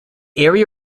area